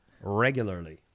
regularly